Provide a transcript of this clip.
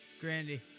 Grandy